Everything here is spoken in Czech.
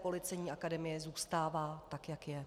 Policejní akademie zůstává tak, jak je.